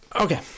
Okay